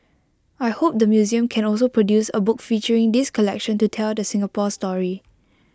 I hope the museum can also produce A book featuring this collection to tell the Singapore story